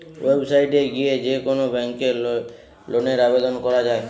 website এ গিয়ে যে কোন ব্যাংকে লোনের আবেদন করা যায়